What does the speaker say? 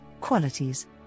qualities